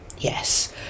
Yes